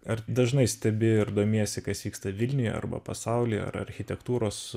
ar dažnai stebi ir domiesi kas vyksta vilniuje arba pasaulyje ar architektūros